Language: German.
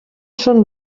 schon